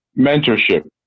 mentorship